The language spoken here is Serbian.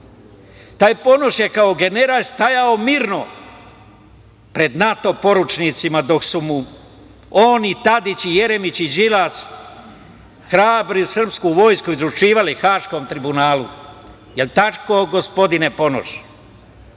Taj Ponoš je kao general stajao mirno pred NATO poručnicima dok su mu on i Tadić i Jeremić i Đilas hrabru srpsku vojsku isporučivali Haškom tribunalu. Jel tako, gospodine